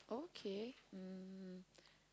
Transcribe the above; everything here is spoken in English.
okay um